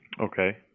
okay